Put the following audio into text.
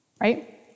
right